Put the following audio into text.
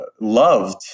loved